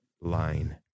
line